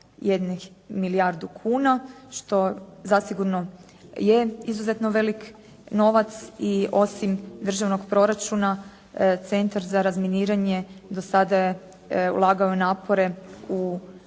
od 4,1 milijardu kuna, što zasigurno je izuzetno velik novac, i osim državnog proračuna Centar za razminiranje do sada je ulagao napore u